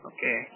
Okay